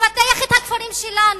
לפתח את הכפרים שלנו,